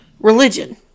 Religion